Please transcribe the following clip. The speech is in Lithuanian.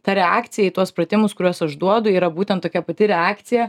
ta reakcija į tuos pratimus kuriuos aš duodu yra būtent tokia pati reakcija